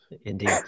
indeed